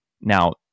Now